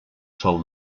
sol